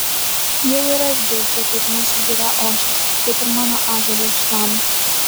jau ir aš girdžiu kaip mūsų giria ošia kaip ir mano ąžuolas šlama